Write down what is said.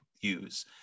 use